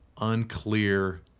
unclear